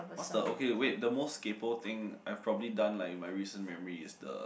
what's the okay wait the most kaypoh thing I've probably done like in my recent memory is the